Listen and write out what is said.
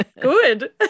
Good